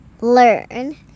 Learn